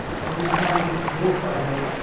and we find more fragments,